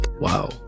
wow